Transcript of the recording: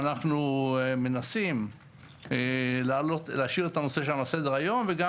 אנחנו מנסים להשאיר את הנושא שם על סדר-היום וגם